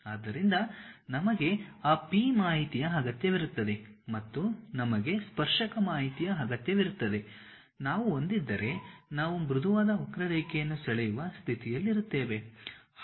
ಆದ್ದರಿಂದ ನಮಗೆ ಆ P ಮಾಹಿತಿಯ ಅಗತ್ಯವಿರುತ್ತದೆ ಮತ್ತು ನಮಗೆ ಸ್ಪರ್ಶಕ ಮಾಹಿತಿಯ ಅಗತ್ಯವಿರುತ್ತದೆ ನಾವು ಹೊಂದಿದ್ದರೆ ನಾವು ಮೃದುವಾದ ವಕ್ರರೇಖೆಯನ್ನು ಸೆಳೆಯುವ ಸ್ಥಿತಿಯಲ್ಲಿರುತ್ತೇವೆ